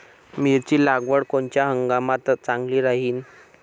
मिरची लागवड कोनच्या हंगामात चांगली राहीन?